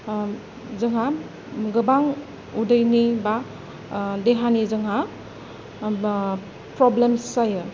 जोंहा गोबां उदैनि बा देहानि जोंहा प्रब्लेम्स जायो